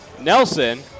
Nelson